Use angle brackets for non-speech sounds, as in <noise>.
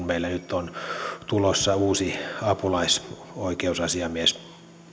<unintelligible> meillä nyt on tulossa uusi apulaisoikeusasiamies